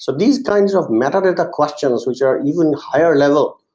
so these kinds of meta data questions which are even higher level.